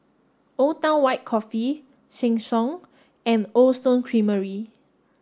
Old Town White Coffee Sheng Siong and Cold Stone Creamery